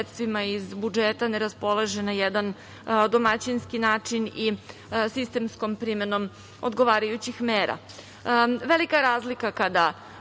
iz budžeta ne raspolaže na jedan domaćinski način i sistemskom primenom odgovarajućih mera. Velika je razlika kada